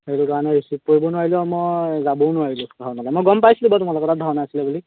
সেইটো কাৰণে ৰিছিভ কৰিব নোৱাৰিলোঁ আৰু মই যাবও নোৱাৰিলোঁ মই গম পাইছিলোঁ বাৰু তোমালোকৰ তাত ভাওনা আছিলে বুলি